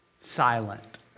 silent